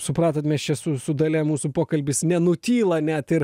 supratot mes čia su su dalia mūsų pokalbis nenutyla net ir